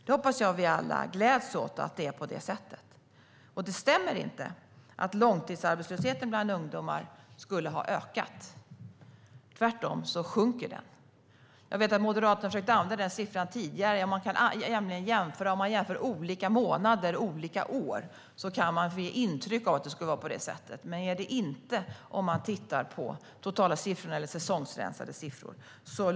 Jag hoppas att vi alla gläds åt att det är på det sättet. Det stämmer inte att långtidsarbetslösheten bland ungdomar skulle ha ökat; tvärtom sjunker den. Moderaterna har använt sådana siffror tidigare. Om man jämför olika månader olika år kan man ge intryck av att det skulle vara på det sättet. Men det är inte så om man tittar på de totala siffrorna eller säsongsrensade siffror.